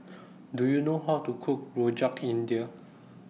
Do YOU know How to Cook Rojak India